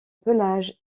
pelage